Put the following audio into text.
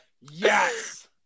Yes